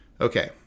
okay